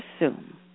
assume